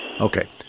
Okay